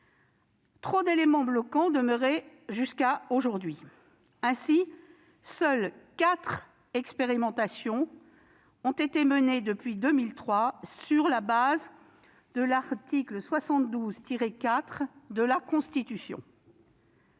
Trop d'éléments bloquants demeuraient jusqu'à aujourd'hui. Ainsi, seules quatre expérimentations ont été menées depuis 2003 sur la base du quatrième alinéa de l'article 72 de la Constitution.